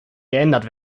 geändert